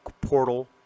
portal